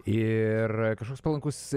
ir kažkoks palankus